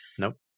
Nope